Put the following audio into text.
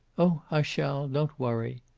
oh, i shall! don't worry.